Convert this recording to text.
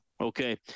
okay